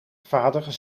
vader